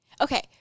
Okay